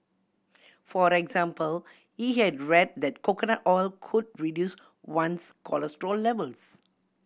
for example he had read that coconut oil could reduce one's cholesterol levels